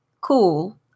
cool